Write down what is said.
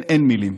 אין מילים.